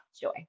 joy